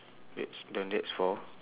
wait now that's for